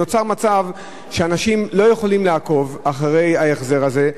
נוצר מצב שאנשים לא יכולים לעקוב אחרי ההחזר הזה,